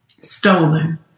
stolen